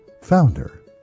founder